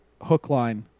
Hookline